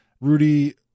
Rudy –